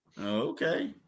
Okay